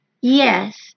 Yes